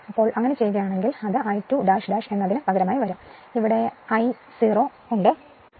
അതിനാൽ അങ്ങനെ ചെയ്യുകയാണെങ്കിൽ അത് I2 എന്നതിന് പകരമായി വരും ഇവിടെ ഞാൻ 0 ആണ്